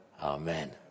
amen